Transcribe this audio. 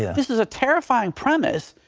this is a terrifying premise,